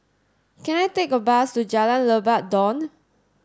can I take a bus to Jalan Lebat Daun